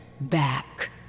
Back